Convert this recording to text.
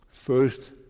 First